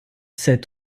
sept